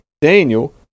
Daniel